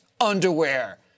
underwear